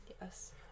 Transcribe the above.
Yes